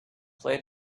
played